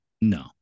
No